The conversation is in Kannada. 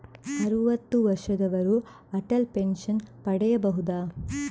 ಅರುವತ್ತು ವರ್ಷದವರು ಅಟಲ್ ಪೆನ್ಷನ್ ಪಡೆಯಬಹುದ?